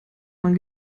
man